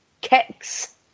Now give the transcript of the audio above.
kicks